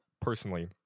personally